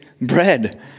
bread